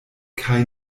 kaj